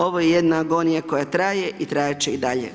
Ovo je jedna agonija koja traje i trajat će i dalje.